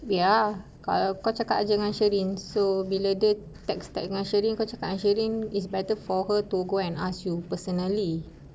biar ah kalau kau cakap dengan sheryn so bila dia text text dengan sheryn kau cakap dengan sheryn it's better for her to go and ask you personally